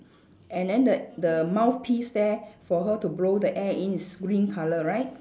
and then the the mouthpiece there for her to blow the air in is green colour right